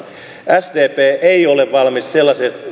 sdp ei ole valmis